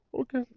okay